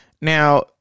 Now